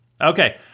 Okay